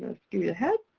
scoot ahead.